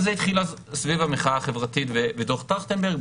וזה התחיל אז סביב המחאה החברתית ודוח טרכטנברג.